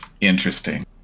Interesting